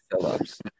Phillips